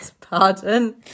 Pardon